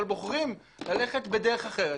אבל בוחרים ללכת בדרך אחרת,